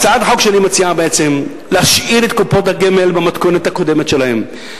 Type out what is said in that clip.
הצעת החוק שלי מציעה בעצם להשאיר את קופות הגמל במתכונת הקודמת שלהן.